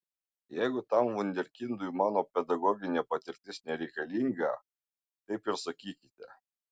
jeigu tam vunderkindui mano pedagoginė patirtis nereikalinga taip ir sakykite